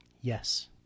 Yes